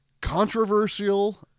controversial